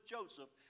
Joseph